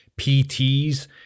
PTs